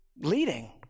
Leading